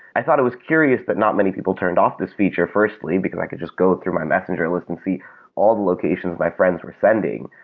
i thought it was curious that not many people turned off this feature firstly, because i could just go through my messenger list and see all location of my friends were sending.